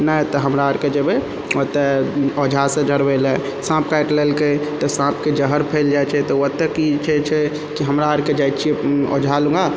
नहि तऽ हमरा आरके जेबय ओतय ओझासँ झड़बय लए साँप काटि लेलकय तऽ साँपके जहर फैल जाइ छै तऽ ओतऽ की छै छै तऽ हमरा आरके जाइ छियै ओझा लग